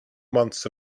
months